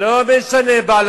לא משנה, בעל